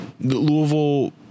Louisville